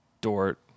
Dort